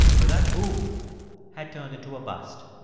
but that boom had turned into a bust